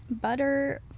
butter